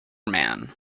man